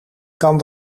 kan